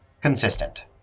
consistent